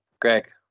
Greg